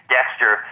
Dexter